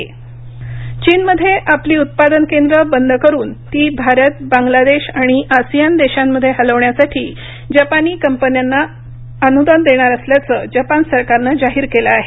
Japan अनुदान चीनमध्ये आपली उत्पादन केंद्र बंद करून ती भारत बांगलादेश आणि आसियान देशांमध्ये हलवण्यासाठी जपानी कंपन्यांना अनुदान देणार असल्याचं जपान सरकारनं जाहीर केलं आहे